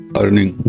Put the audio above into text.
earning